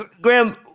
Graham